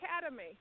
Academy